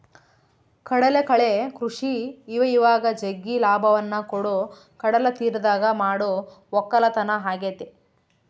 ಕಡಲಕಳೆ ಕೃಷಿ ಇವಇವಾಗ ಜಗ್ಗಿ ಲಾಭವನ್ನ ಕೊಡೊ ಕಡಲತೀರದಗ ಮಾಡೊ ವಕ್ಕಲತನ ಆಗೆತೆ